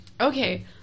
Okay